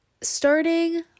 starting